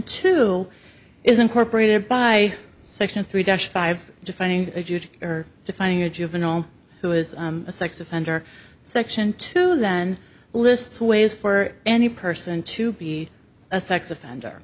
two is incorporated by section three dash five defining or defining a juvenile who is a sex offender section two then list ways for any person to be a sex offender